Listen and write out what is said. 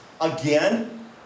again